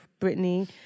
Britney